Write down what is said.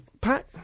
pack